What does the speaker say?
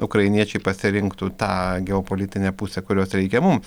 ukrainiečiai pasirinktų tą geopolitinę pusę kurios reikia mum